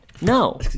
No